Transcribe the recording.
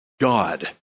God